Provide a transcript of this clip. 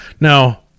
Now